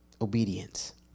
obedience